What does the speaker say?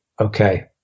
okay